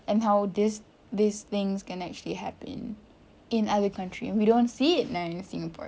and how this these things gonna actually happening in other countries we don't see it in singapore